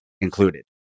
included